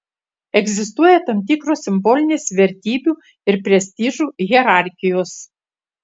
egzistuoja tam tikros simbolinės vertybių ir prestižų hierarchijos